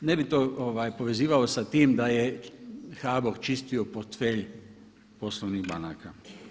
Ne bih to povezivao sa time da je HBOR čistio portfelj poslovnih banaka.